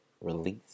Release